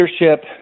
leadership